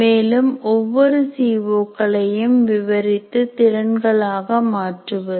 மேலும் ஒவ்வொரு C O களையும் விவரித்து திறன்கள் ஆக மாற்றுவது